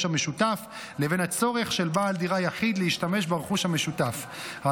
המשותף לבין הצורך של בעל דירה יחיד להשתמש ברכוש המשותף על